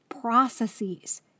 processes